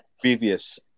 previous